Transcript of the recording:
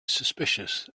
suspicious